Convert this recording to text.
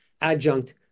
adjunct